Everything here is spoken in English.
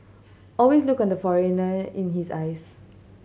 always look at the foreigner in his eyes